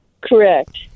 Correct